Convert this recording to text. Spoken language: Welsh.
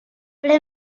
ble